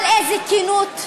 אבל איזו כנות,